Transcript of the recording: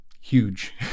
huge